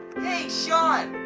hey, sean!